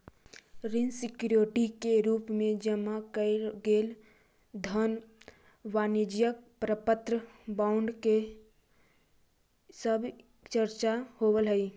ऋण सिक्योरिटी के रूप में जमा कैइल गेल धन वाणिज्यिक प्रपत्र बॉन्ड इ सब के चर्चा होवऽ हई